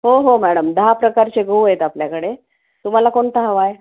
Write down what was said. हो हो मॅडम दहा प्रकारचे गहू आहेत आपल्याकडे तुम्हाला कोणता हवा आहे